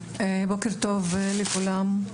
בוקר טוב לכולם,